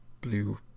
blue